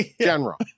general